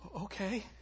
Okay